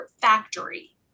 factory